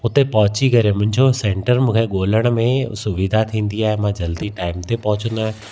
हुते पहुची करे मुंहिंजो सेंटर मूंखे ॻोल्हण में सुविधा थींदी आहे मां जल्दी टाइम ते पहुचंदो आहियां